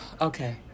Okay